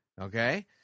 okay